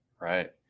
Right